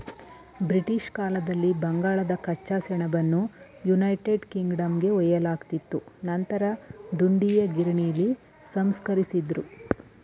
British ಕಾಲದಲ್ಲಿ ಬಂಗಾಳದ ಕಚ್ಚಾ ಸೆಣಬನ್ನು ಯುನೈಟೆಡ್ ಕಿಂಗ್ಡಮ್ಗೆ ಒಯ್ಯಲಾಗ್ತಿತ್ತು ನಂತರ ದುಂಡೀಯ ಗಿರಣಿಲಿ ಸಂಸ್ಕರಿಸಿದ್ರು